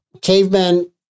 cavemen